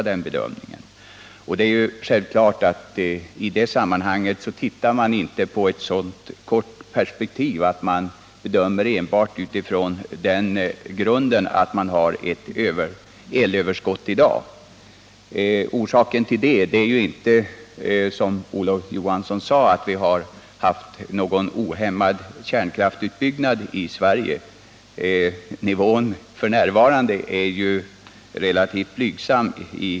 Det är självklart att man inte betraktar en fråga av detta slag i så kort perspektiv som situationen sådan den är i dag. Orsaken till att vi har ett elöverskott är inte, som Olof Johansson sade, att vi har haft en ohämmad kärnkraftsutbyggnad i Sverige. Nivån på den är f. n. relativt blygsam.